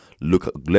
Look